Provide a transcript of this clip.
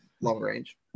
long-range